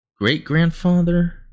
great-grandfather